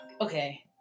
Okay